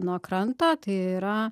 nuo kranto tai yra